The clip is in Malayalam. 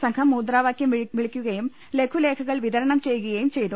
സംഘം മുദ്രാവാകൃം വിളിക്കുകയും ലഘു ലേഖകൾ വിതരണം ചെയ്യുകയും ചെയ്തു